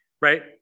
Right